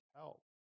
help